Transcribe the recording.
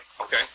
Okay